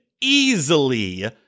easily